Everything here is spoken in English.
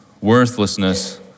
worthlessness